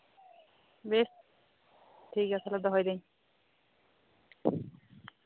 ᱵᱮᱥ ᱴᱷᱤᱠᱜᱮᱭᱟ ᱛᱟᱞᱦᱮ ᱫᱚᱦᱚᱭ ᱫᱟᱹᱧ